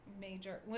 major